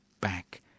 back